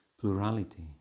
plurality